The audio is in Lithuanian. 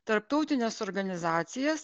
tarptautines organizacijas